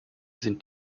sind